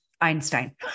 Einstein